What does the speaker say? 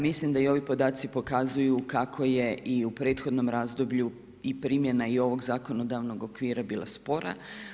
Mislim da i ovi podaci pokazuju kako je i u prethodnom razdoblju i primjena i ovog zakonodavnog okvira bila spora.